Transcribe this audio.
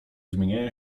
zmieniają